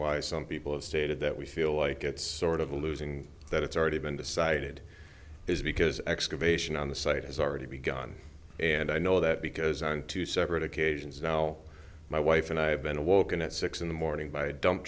why some people have stated that we feel like it's sort of a losing that it's already been decided is because excavation on the site has already begun and i know that because on two separate occasions now my wife and i have been awoken at six in the morning by a dump